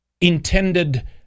intended